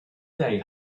they